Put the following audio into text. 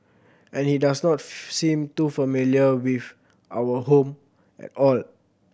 and he does not seem too familiar with our home at all